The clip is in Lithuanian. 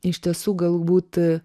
iš tiesų galbūt